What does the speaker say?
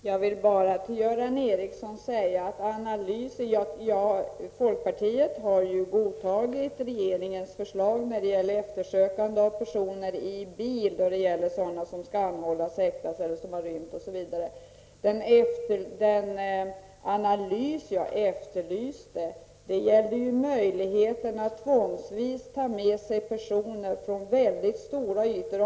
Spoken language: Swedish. Herr talman! Till Göran Ericsson vill jag säga att folkpartiet har godtagit regeringens förslag när det gäller att eftersöka bilburna personer som skall anhållas eller häktas, som har rymt från fängelse osv. Den analys som jag efterlyste gällde möjligheterna att med tvång ta med sig personer från mycket stora områden.